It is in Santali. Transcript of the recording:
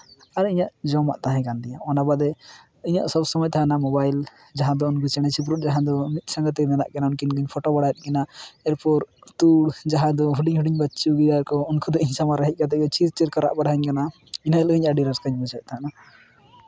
ᱟᱨ ᱤᱧᱟᱹᱜ ᱡᱚᱢᱟᱜ ᱛᱟᱦᱮᱸᱠᱟᱱ ᱛᱤᱧᱟᱹ ᱚᱱᱟ ᱵᱟᱫᱮ ᱤᱧᱟᱹᱜ ᱥᱚᱵᱽ ᱥᱚᱢᱚᱭ ᱛᱟᱦᱮᱱᱟ ᱢᱳᱵᱟᱭᱤᱞ ᱡᱟᱦᱟᱸᱫᱚ ᱩᱱᱠᱩ ᱪᱮᱬᱮ ᱪᱤᱯᱨᱩᱫ ᱡᱟᱦᱟᱸᱭ ᱫᱚ ᱢᱤᱫ ᱥᱚᱸᱜᱮ ᱛᱮ ᱢᱮᱱᱟᱜ ᱠᱤᱱᱟᱹ ᱩᱱᱠᱤᱱ ᱠᱤᱱ ᱯᱷᱳᱴᱳ ᱵᱟᱲᱟᱭᱮᱫ ᱠᱤᱱᱟ ᱮᱨᱯᱚᱨ ᱛᱩᱲ ᱡᱟᱦᱟᱸᱭ ᱫᱚ ᱦᱩᱰᱤᱧ ᱦᱩᱰᱤᱧ ᱵᱟᱹᱪᱪᱩ ᱜᱮᱭᱟ ᱠᱚ ᱩᱱᱠᱩ ᱫᱚ ᱤᱧ ᱥᱟᱢᱟᱝ ᱨᱮ ᱦᱮᱡ ᱠᱟᱛᱮᱫ ᱪᱤᱨᱼᱪᱤᱨ ᱠᱚ ᱨᱟᱜ ᱵᱟᱲᱟᱣᱟᱹᱧ ᱠᱟᱱᱟ ᱤᱱᱟᱹ ᱦᱤᱞᱳᱜ ᱤᱧ ᱟᱹᱰᱤ ᱨᱟᱹᱥᱠᱟᱹᱧ ᱵᱩᱡᱮᱫ ᱛᱟᱦᱮᱸᱠᱟᱱᱟ